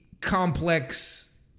complex